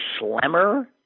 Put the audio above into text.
Schlemmer